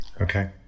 Okay